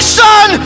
son